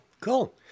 Cool